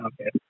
Okay